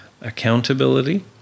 accountability